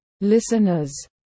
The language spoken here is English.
listeners